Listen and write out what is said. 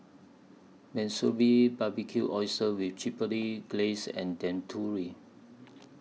Monsunabe Barbecued Oysters with Chipotle Glaze and Dangojiru